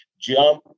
Jump